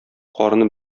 карыны